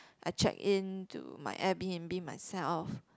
I check in to my air-b_n_b myself